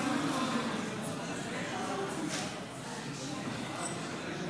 חד"ש-תע"ל לא